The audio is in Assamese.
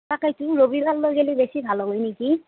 তাকেইতো ৰবিবাৰ লৈ গেলি বেছি ভাল হয় নেকি